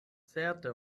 certe